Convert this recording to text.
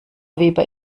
weber